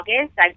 August